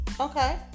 Okay